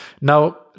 Now